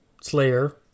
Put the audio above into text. Slayer